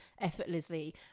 effortlessly